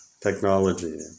technology